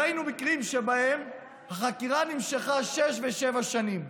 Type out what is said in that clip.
ראינו מקרים שבהם החקירה נמשכה שש ושבע שנים.